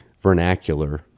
vernacular